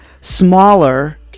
smaller